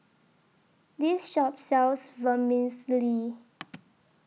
This Shop sells Vermicelli